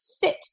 fit